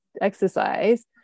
exercise